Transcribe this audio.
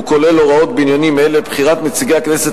הוא כולל הוראות בעניינים אלה: בחירת נציגי הכנסת